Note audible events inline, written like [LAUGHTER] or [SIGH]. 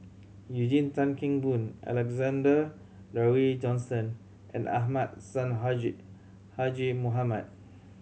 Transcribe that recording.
Eugene Tan Kheng Boon Alexander Laurie Johnston and Ahmad Sonhadji [UNINTELLIGIBLE] Mohamad